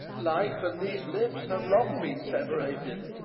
life and these lips have long been separated